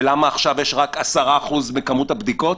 ולמה עכשיו יש רק 10% מכמות הבדיקות?